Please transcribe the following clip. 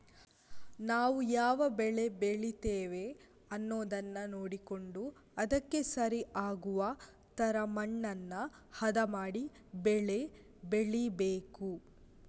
ನಾವು ಯಾವ ಬೆಳೆ ಬೆಳೀತೇವೆ ಅನ್ನುದನ್ನ ನೋಡಿಕೊಂಡು ಅದಕ್ಕೆ ಸರಿ ಆಗುವ ತರ ಮಣ್ಣನ್ನ ಹದ ಮಾಡಿ ಬೆಳೆ ಬೆಳೀಬೇಕು